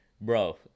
bro